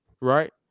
Right